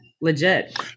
legit